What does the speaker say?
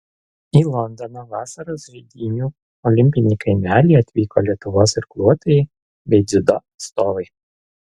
į londono vasaros žaidynių olimpinį kaimelį atvyko lietuvos irkluotojai bei dziudo atstovai